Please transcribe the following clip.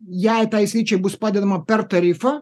jei tai sričiai bus padedama per tarifą